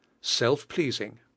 self-pleasing